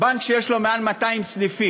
בנק שיש לו יותר מ-200 סניפים